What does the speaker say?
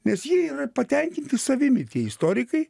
nes jie yra patenkinti savimi tie istorikai